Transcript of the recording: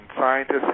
scientists